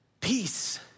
peace